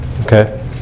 Okay